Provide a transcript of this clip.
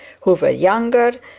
who were younger,